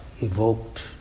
evoked